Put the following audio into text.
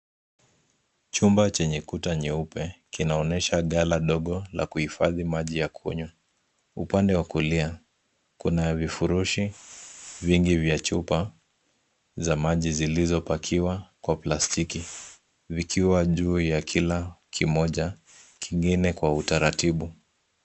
Chumba chenye Kuta nyeupe kinaonyesha ghala dogo la kuhifadhi maji ya kunywa. Upande wa kulia kuna vifurushi vingi vya chupa za maji zilizopakiwa kwa plastiki. Vikiwa juu ya kila kimoja kingine kwa utaratibu.